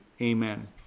Amen